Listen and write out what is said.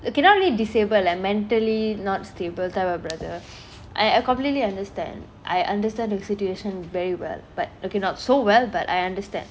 okay not really disable ah mentally not stable type her brother I I completely understand I understand her situation very well butokaynot so well but I understand